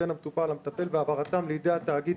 בין המטופל למטפל והעברתם לידי התאגיד,